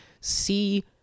See